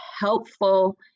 helpful